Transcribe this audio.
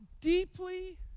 deeply